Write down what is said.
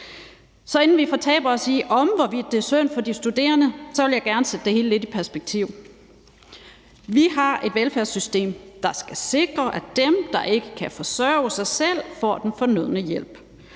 Så inden vi fortaber os i, hvorvidt det er synd for de studerende, vil jeg gerne sætte det hele lidt i perspektiv. Vi har et velfærdssystem, der skal sikre, at dem, der ikke kan forsørge sig selv, får den fornødne hjælp.